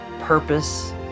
purpose